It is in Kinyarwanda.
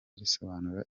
risobanura